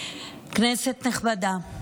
כנסת נכבדה: